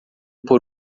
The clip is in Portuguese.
por